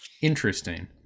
Interesting